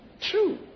True